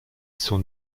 son